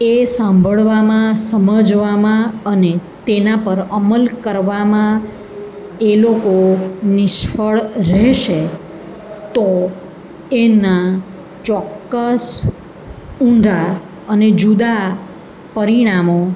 એ સાંભળવામાં સમજવામાં અને તેના પર અમલ કરવામાં એ લોકો નિષ્ફળ રહેશે તો એના ચોક્કસ ઊંધા અને જુદા પરિણામો